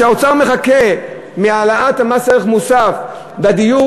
מה שהאוצר מחכה מהעלאת מס ערך מוסף בדיור